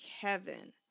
Kevin